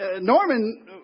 Norman